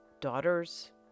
daughters